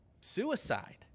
suicide